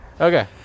Okay